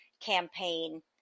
campaign